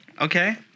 Okay